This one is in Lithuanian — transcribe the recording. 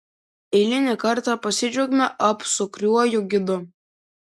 eilinį kartą pasidžiaugiame apsukriuoju gidu